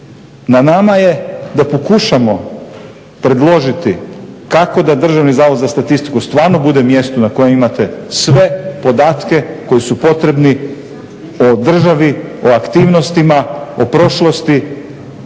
Na nama je da pokušamo predložiti kako da Državni zavod za statistiku stvarno bude mjesto na kojem imate sve podatke koji su potrebni o državi, o aktivnostima, o prošlosti